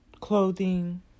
clothing